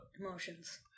emotions